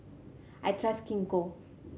I trust Gingko